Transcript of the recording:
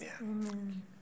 Amen